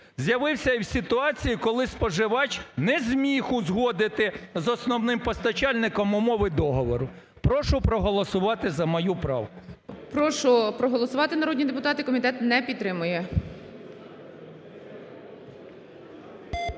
з'явився у ситуації, коли споживач не зміг узгодити з основним постачальником умови договору. Прошу проголосувати за мою правку. ГОЛОВУЮЧИЙ. Прошу проголосувати, народні депутати. Комітет не підтримує.